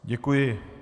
Děkuji.